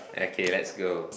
okay let's go